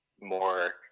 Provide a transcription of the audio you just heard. more